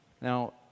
Now